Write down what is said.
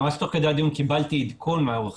ממש תוך כדי הדיון קיבלתי עדכון מעורך